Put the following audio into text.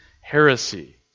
heresy